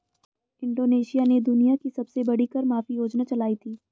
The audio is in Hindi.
इंडोनेशिया ने दुनिया की सबसे बड़ी कर माफी योजना चलाई थी